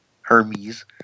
Hermes